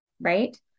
right